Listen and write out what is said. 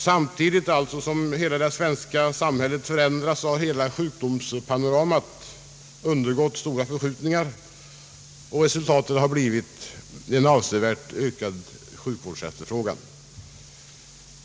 Samtidigt som hela det svenska samhället förändrats har alltså hela sjukvårdspanoramat undergått stora förskjutningar, och resultatet har blivit en avsevärt ökad sjukvårdsefterfrågan.